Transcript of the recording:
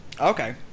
Okay